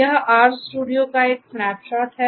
यह RStudio का एक स्नैपशॉट है